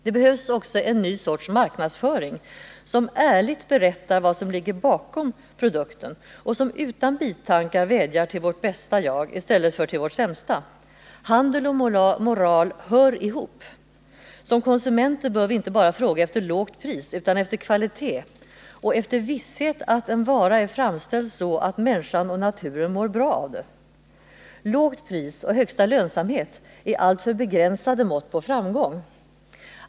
Det behövs en ny sorts marknadsföring, som ärligt berättar vad som ligger bakom produkten och som utan bitankar vädjar till vårt bästa jag i stället för till vårt sämsta. Handel och moral hör ihop! Som konsumenter bör vi inte bara fråga efter lågt pris utan också efter kvalitet och efter visshet om att en vara är framställd på sådant sätt att människan och naturen mår bra av det. Lågt pris och högsta lönsamhet är alltför begränsade mått på framgång.